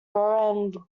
bernd